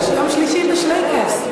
"שלישי בשלייקעס".